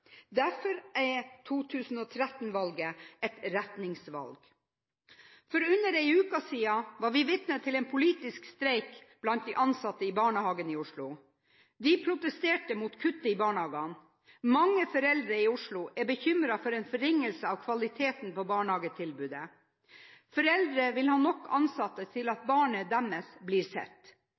Derfor er 2013-valget et retningsvalg. For under en uke siden var vi vitne til en politisk streik blant de ansatte i barnehagene i Oslo. De protesterte mot kuttet til barnehagene. Mange foreldre i Oslo er bekymret for en forringelse av kvaliteten i barnehagetilbudet. Foreldre vil ha nok ansatte til at barnet deres blir sett.